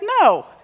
No